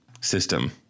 system